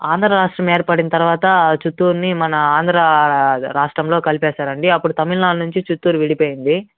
ఆంధ్ర రాష్ట్రం ఏర్పడిన తర్వాత చిత్తూరుని మన ఆంధ్రా రాష్ట్రంలో కలిపేసారండి అప్పుడు తమిళనాడు నుండి చిత్తూరు విడిపోయింది